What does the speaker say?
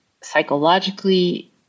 psychologically